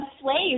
slaves